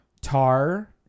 Tar